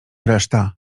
reszta